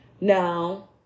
now